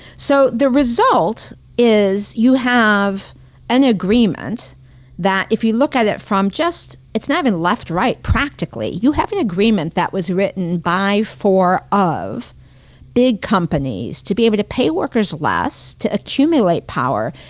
so the result is you have an agreement that if you look at it from just. it's not even left-right practically. you have an agreement that was written by, for, of big companies to be able to pay workers less, to accumulate power.